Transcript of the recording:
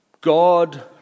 God